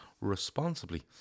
responsibly